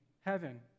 heaven